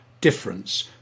difference